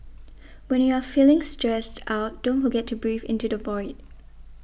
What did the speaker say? when you are feeling stressed out don't forget to breathe into the void